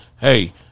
Hey